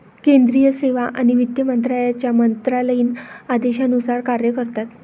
केंद्रीय सेवा आणि वित्त मंत्र्यांच्या मंत्रालयीन आदेशानुसार कार्य करतात